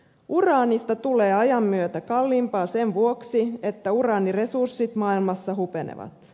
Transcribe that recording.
uraanista tulee ajan myötä kalliimpaa sen vuoksi että uraaniresurssit maailmassa hupenevat